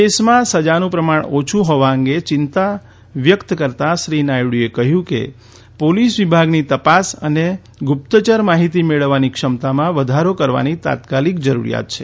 દેશમાં સજાનું પ્રમાણ ઓછુ હોવા અંગે ચિંતા વ્યકત કરતાં શ્રી નાયડુએ કહ્યું કે પોલીસ વિભાગની તપાસ અને ગુપ્તયર માહિતી મેળવવાની ક્ષમતામાં વધારો કરવાની તાત્કાલિક જરૂરીયાત છે